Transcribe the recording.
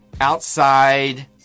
outside